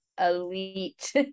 elite